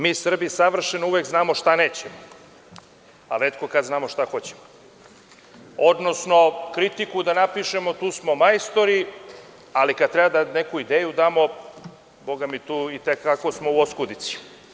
Mi Srbi savršeno uvek znamo šta nećemo, a retko kad znamo šta hoćemo, odnosno kritiku da napišemo tu smo majstori ali kada treba neku ideju da damo, bogami tu smo i te kako u oskudici.